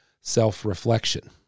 self-reflection